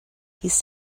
his